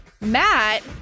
Matt